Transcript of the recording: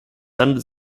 handelt